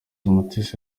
umutesi